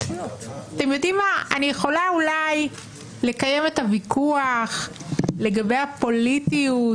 אני יכולה אולי לקיים את הוויכוח לגבי הפוליטיות,